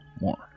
more